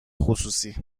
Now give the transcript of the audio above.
خصوصی